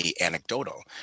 anecdotal